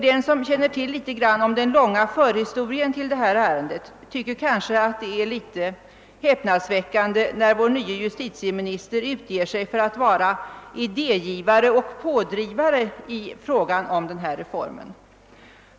Den som känner till den långa förhistorien till detta ärende tycker kanske att det är rätt häpnadsväckande när vår nye justitieminister utger sig för att vara idégivare och pådrivare i fråga om denna reform.